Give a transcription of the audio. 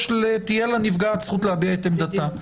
תהיה לנפגעת זכות להביע את עמדתה.